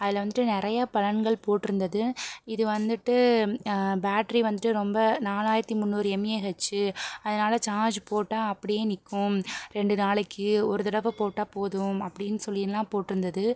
அதில் வந்துட்டு நிறைய பலன்கள் போட்டிருந்தது இது வந்துட்டு பேட்டரி வந்துட்டு ரொம்ப நாலாயிரத்து முந்நூறு எம்ஏஹெச் அதனால் சார்ஜ் போட்டால் அப்படியே நிற்கும் ரெண்டு நாளைக்கு ஒரு தடவை போட்டால் போதும் அப்படின்னு சொல்லியெல்லாம் போட்டிருந்துது